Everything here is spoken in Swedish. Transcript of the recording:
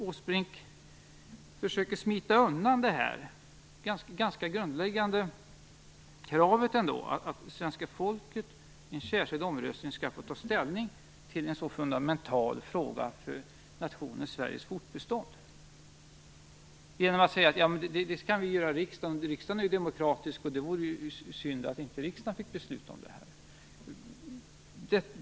Åsbrink försöker smita undan detta ganska grundläggande krav att svenska folket vid en särskild omröstning skall få ta ställning till en fråga som är så fundamental för nationen Sveriges fortbestånd. Han säger att det ställningstagandet skall vi göra i riksdagen; riksdagen är ju vald i demokratisk ordning, och det vore ju synd om inte riksdagen fick besluta om det här.